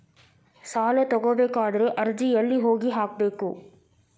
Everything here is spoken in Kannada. ಸಾಲ ತಗೋಬೇಕಾದ್ರೆ ಅರ್ಜಿ ಎಲ್ಲಿ ಹೋಗಿ ಹಾಕಬೇಕು?